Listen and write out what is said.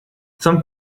some